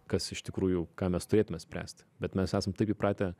kas iš tikrųjų ką mes turėtume spręsti bet mes esam taip įpratę